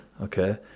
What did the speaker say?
okay